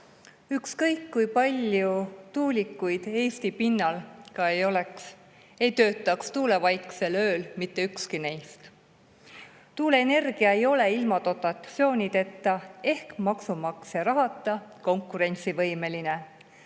ükskõik kui palju tuulikuid Eesti pinnal ka ei oleks, tuulevaiksel ööl ei töötaks mitte ükski neist. Tuuleenergia ei ole ilma dotatsioonideta ehk maksumaksja rahata konkurentsivõimeline.